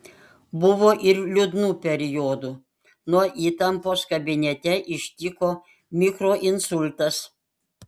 buvo ir liūdnų periodų nuo įtampos kabinete ištiko mikroinsultas